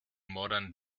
modern